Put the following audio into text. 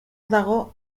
dago